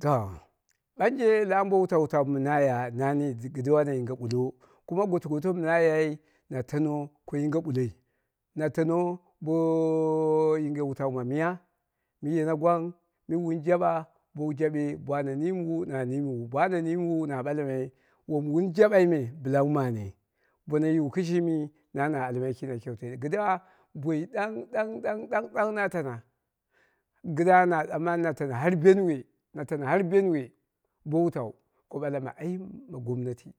To ɓanje la wutau wutau mɨna ya, na ni idi kɨdda na yinge ɗulo kumɓ goto goto mɨ na yai na tano ko yinge ɓulloi. Na tanno bo yinge wutau ma miya mɨ yena gwang mɨ wun jaba, bowu jaɓe bana niim wu, na niimwu na ɓalmai wom wun jaɓai me bɨla wu mane bono yiwu kishimi na na almai ki na kyeute kɨdda boi ɗang ɗang ɗang ɗang na tana kɨdda na tsamani na tano har benue na tanoha benue bo wutau ko ɓala ma ayim ma gomnati.